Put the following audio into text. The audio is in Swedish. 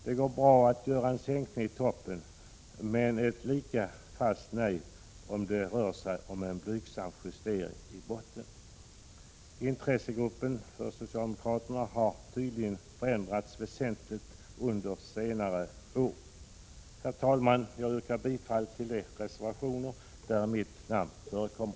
Det går bra att göra en sänkning i toppen, men det blir ett lika fast nej om det rör sig om en blygsam justering i botten. Intressegruppen för socialdemokraterna har tydligen förändrats väsentligt under senare år. Herr talman! Jag yrkar bifall till de reservationer där mitt namn förekommer.